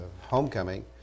homecoming